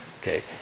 Okay